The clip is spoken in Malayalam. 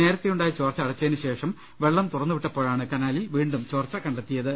നേരത്തെയുണ്ടായ ചോർച്ച അടച്ചതിനുശേഷം വെള്ളം തുറന്ന് വിട്ടപ്പോഴാണ് കനാ ലിൽ വീണ്ടും ചോർച്ച കണ്ടെത്തിയത്